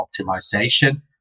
optimization